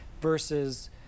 versus